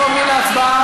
אנחנו עוברים להצבעה.